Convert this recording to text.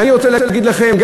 ואני רוצה להגיד לכם,